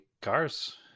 cars